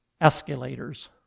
escalators